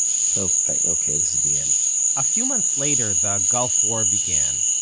felt like, ok, this is the end a few months later, the gulf war began.